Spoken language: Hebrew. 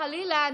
חלילה,